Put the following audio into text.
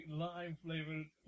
lime-flavored